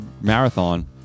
marathon